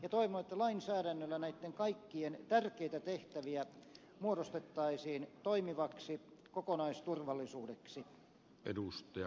toivon että lainsäädännöllä näitten kaikkien tärkeitä tehtäviä muodostettaisiin toimivaksi kokonaisturvallisuudeksi